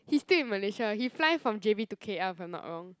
he stay in Malaysia he fly from j_b to k_l if I'm not wrong